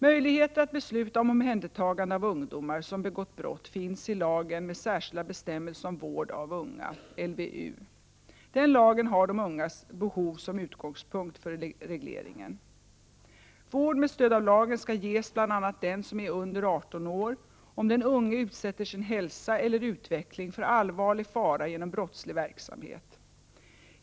Möjligheter att besluta om omhändertagande av ungdomar som begått brott finns i lagen med särskilda bestämmelser om vård av unga . Den lagen har de ungas behov som utgångspunkt för regleringen. Vård med stöd av lagen skall ges bl.a. den som är under 18 år, om den unge utsätter sin hälsa eller utveckling för allvarlig fara genom brottslig verksamhet.